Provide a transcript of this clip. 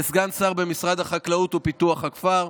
לסגן שר במשרד החקלאות ופיתוח הכפר,